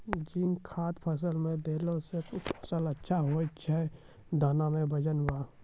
zinc खाद फ़सल मे देला से फ़सल अच्छा होय छै दाना मे वजन ब